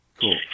Cool